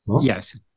Yes